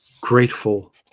grateful